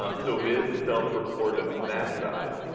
um so it is self-reported on that side.